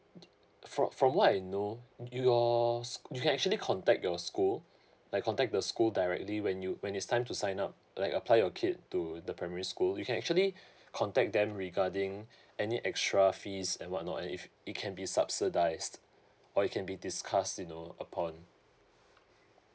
from from what I know your sch~ you can actually contact your school like contact the school directly when you when it's time to sign up like apply your kid to the primary school you can actually contact them regarding any extra fees and what not and if it can be subsidised or it can be discussed you know upon